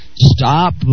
Stop